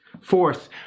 Fourth